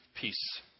peace